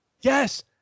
yes